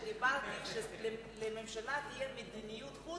כשדיברתי על כך שלממשלה תהיה מדיניות חוץ,